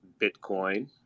Bitcoin